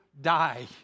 die